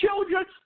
children